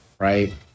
Right